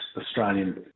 Australian